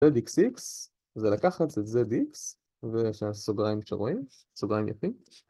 ZXX זה לקחת את ZX ויש לנו סוגריים שרואים, סוגריים יפים